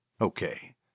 Okay